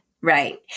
Right